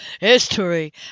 history